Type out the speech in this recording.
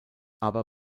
aber